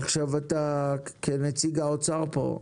עכשיו אתה כנציג האוצר פה,